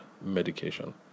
medication